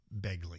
begley